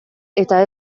eta